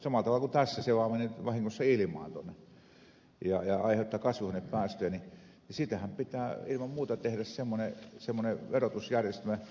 se vaan menee nyt vahingossa ilmaan tuonne ja aiheuttaa kasvihuonepäästöjä ja siitähän pitää ilman muuta tehdä semmoinen verotusjärjestelmä